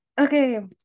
okay